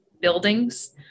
buildings